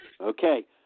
Okay